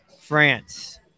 France